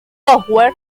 software